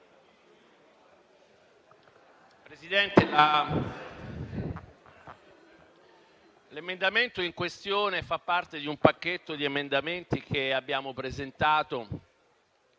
Presidente, l'emendamento 5.0.19 fa parte di un pacchetto di emendamenti che abbiamo presentato